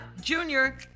Junior